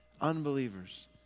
Unbelievers